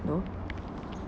though